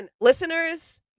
listeners